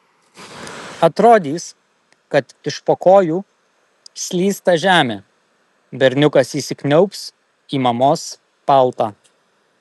atrodys kad iš po kojų slysta žemė berniukas įsikniaubs į mamos paltą